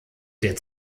der